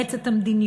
אימץ את המדיניות,